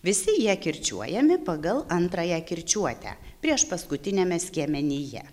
visi jie kirčiuojami pagal antrąją kirčiuotę priešpaskutiniame skiemenyje